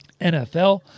NFL